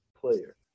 player